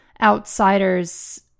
outsiders